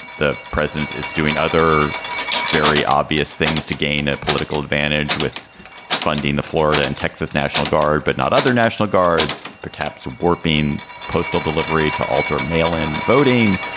the president is doing other very obvious things to gain political advantage with funding the florida and texas national guard, but not other national guards, perhaps warping postal delivery to alter mail in voting.